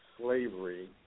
slavery